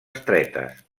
estretes